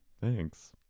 thanks